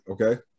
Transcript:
okay